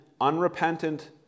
unrepentant